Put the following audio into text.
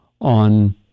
on